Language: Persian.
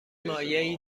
مایعی